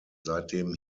seitdem